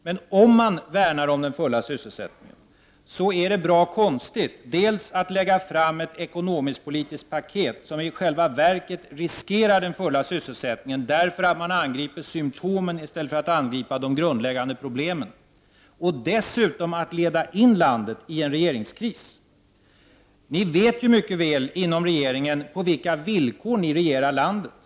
Men om man värnar om den fulla sysselsättningen, så är det bra konstigt att lägga fram ett ekonomisk-politiskt paket som i själva verket riskerar den fulla sysselsättningen därför att man angriper symptomen i stället för att angripa de grundläggande problemen — och dessutom att leda in landet i en regeringskris. Ni vet ju mycket väl inom regeringen på vilka villkor ni regerar landet.